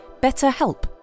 BetterHelp